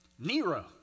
Nero